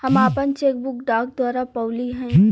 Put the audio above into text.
हम आपन cheque book डाक द्वारा पउली है